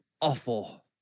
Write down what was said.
awful